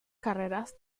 carreras